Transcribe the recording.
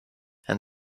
and